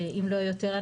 אם לא יותר,